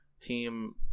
Team